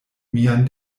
mian